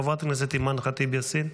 חברת הכנסת אימאן ח'טיב יאסין,